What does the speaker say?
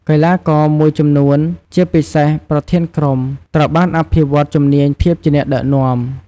កីឡាករមួយចំនួន ជាពិសេសប្រធានក្រុម ត្រូវបានអភិវឌ្ឍជំនាញភាពជាអ្នកដឹកនាំ។